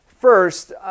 first